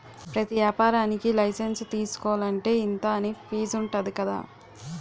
ప్రతి ఏపారానికీ లైసెన్సు తీసుకోలంటే, ఇంతా అని ఫీజుంటది కదా